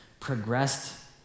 progressed